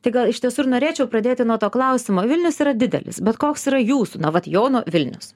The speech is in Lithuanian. tai gal iš tiesų ir norėčiau pradėti nuo to klausimo vilnius yra didelis bet koks yra jūsų na vat jono vilnius